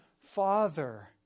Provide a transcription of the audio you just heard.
father